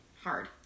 hard